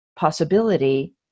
possibility